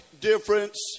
difference